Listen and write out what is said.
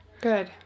Good